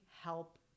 help